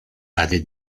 tady